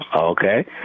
Okay